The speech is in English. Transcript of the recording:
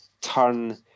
turn